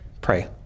Pray